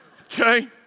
okay